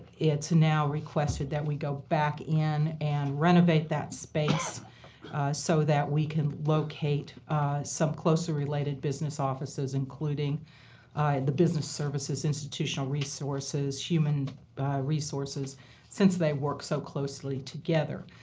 it's not requested that we go back in and renovate that space so that we can locate some closely related business offices including the business services institutional resources, human resources since they work so closely together.